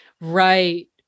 Right